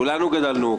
אנחנו פותחים את הישיבה.